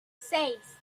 seis